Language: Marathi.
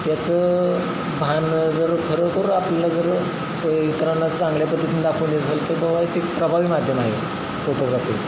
याचं भान जर खरोखर आपल्याला जर इतरांना चांगल्या पद्धतीनं दाखवून द्यायचं असेल तर बाबा एक ते प्रभावी माध्यम आहे फोटोग्राफी